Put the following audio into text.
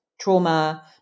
trauma